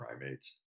primates